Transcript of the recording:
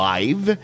Live